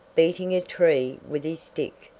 beating a tree with his stick.